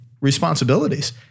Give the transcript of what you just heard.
responsibilities